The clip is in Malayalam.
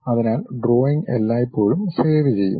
അതിനാൽ ഡ്രോയിംഗ് എല്ലായ്പ്പോഴും സേവ് ചെയ്യും